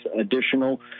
additional